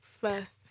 first